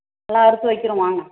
எல்லாம் எடுத்து வைக்கிறேன் வாங்க